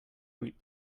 group